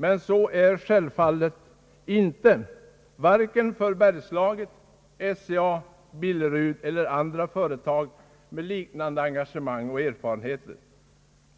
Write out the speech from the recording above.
Men så är självklart inte fallet, varken för Bergslaget, SCA, Billerud eller andra företag med liknande engagemang och erfarenheter.»